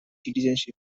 citizenship